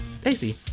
tasty